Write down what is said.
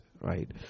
right